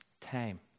time